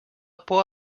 por